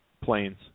planes